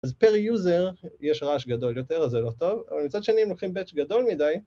אז per user יש רעש גדול יותר, אז זה לא טוב, אבל מצד שני אם לוקחים batch גדול מדי